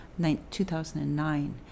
2009